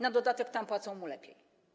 Na dodatek tam płacą mu lepiej.